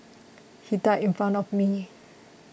he died in front of me